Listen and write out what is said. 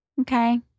Okay